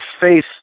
face